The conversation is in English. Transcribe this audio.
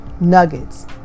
nuggets